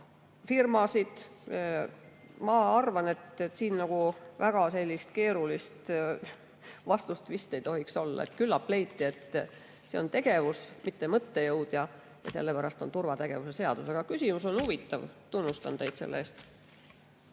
Ma arvan, et siin nagu väga sellist keerulist vastust ei tohiks olla. Küllap leiti, et see on tegevus, mitte mõttejõud, ja sellepärast on turvategevuse seadus. Aga küsimus on huvitav, tunnustan teid selle eest.